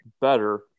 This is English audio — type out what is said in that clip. better